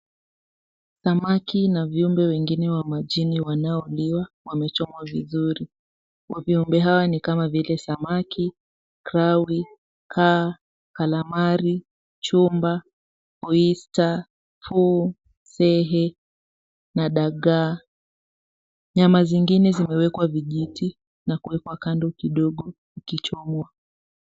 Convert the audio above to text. Samaki na viumbe wengine wa majini wanaoliwa wamechomwa vizuri. Viumbe hawa ni kama vile samaki, kawi, kaa, kalamari, chumba, oyster , fuu, sehe, na dagaa. Nyama zingine zimewekwa vijiti na kuwekwa kando kidogo ikichomwa.